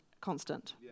constant